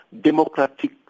democratic